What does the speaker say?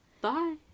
Bye